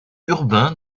urbain